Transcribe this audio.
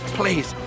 please